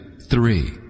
three